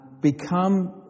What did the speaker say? become